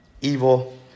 evil